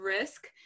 risk